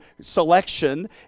selection